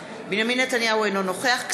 אינה נוכחת בנימין נתניהו,